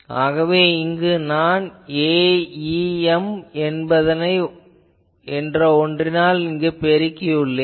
ஆகவே இங்கு நான் Aem என்ற ஒன்றினால் பெருக்கியுள்ளேன்